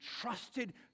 trusted